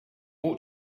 ought